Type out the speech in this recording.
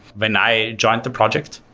when i joined the project,